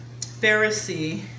Pharisee